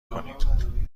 کنیم